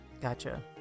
Gotcha